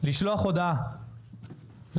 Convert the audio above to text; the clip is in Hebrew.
לשלוח הודעה על